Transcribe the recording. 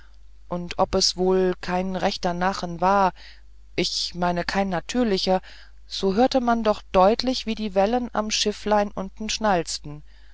und ob es wohl kein rechter nachen war ich meine kein natürlicher so hörte man doch deutlich wie die wellen am schifflein unten schnalzten